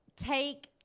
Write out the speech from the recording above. take